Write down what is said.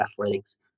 athletics